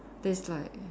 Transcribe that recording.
then it's like